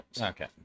Okay